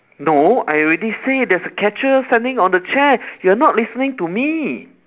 no I already say there's a catcher standing on the chair you are not listening to me